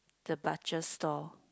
the butcher store